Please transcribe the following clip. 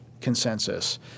consensus